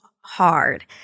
hard